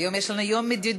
היום יש לנו יום מדידות,